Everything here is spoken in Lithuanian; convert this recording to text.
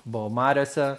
buvau mariose